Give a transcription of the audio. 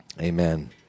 amen